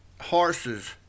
horses